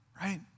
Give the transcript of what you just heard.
right